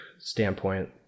standpoint